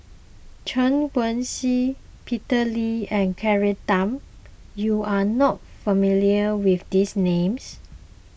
Chen Wen Hsi Peter Lee and Claire Tham you are not familiar with these names